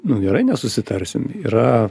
nu gerai nesusitarsim yra